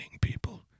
people